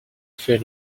fait